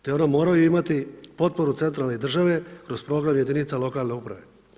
Te ona moraju imati potporu centralne države kroz program jedinica lokalne uprave.